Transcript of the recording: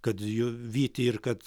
kad jų vyti ir kad